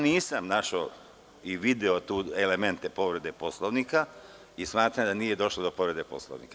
Nisam našao i video tu elemente povrede Poslovnika i smatram da nije došlo do povrede Poslovnika.